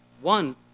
one